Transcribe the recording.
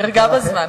הוא נרגע בזמן.